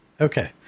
Okay